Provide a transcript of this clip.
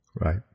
Right